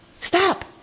stop